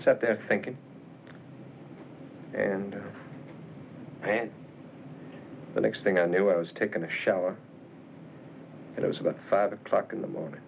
sat there thinking and then the next thing i knew i was taking a shower and i was about five o'clock in the morning